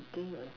think a